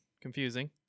confusing